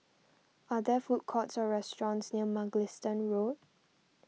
are there food courts or restaurants near Mugliston Road